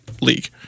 league